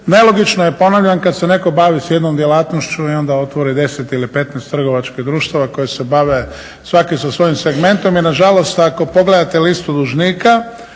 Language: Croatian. nelogično je ponavljam kad se neko bavi s jednom djelatnošću i onda otvori deset ili 15 trgovačkih društava koji se bave svaki sa svojim segmentom jer nažalost ako pogledate listu dužnika